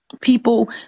people